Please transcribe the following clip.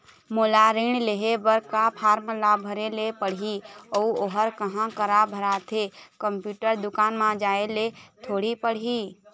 मोला ऋण लेहे बर का फार्म ला भरे ले पड़ही अऊ ओहर कहा करा भराथे, कंप्यूटर दुकान मा जाए ला थोड़ी पड़ही?